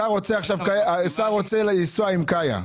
שר רוצה לנסוע עם קיה.